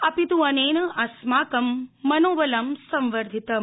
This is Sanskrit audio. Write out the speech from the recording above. अपितु अनेन अस्माकं मनोबलं संवर्धितम्